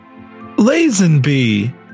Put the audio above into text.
Lazenby